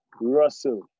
Russell